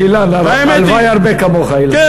אילן, הלוואי הרבה כמוך, אילן.